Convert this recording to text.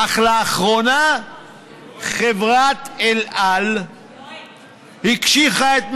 אך לאחרונה חברת אל על הקשיחה את מדיניותה,